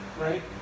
right